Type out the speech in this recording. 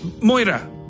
Moira